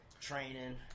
training